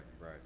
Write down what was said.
Right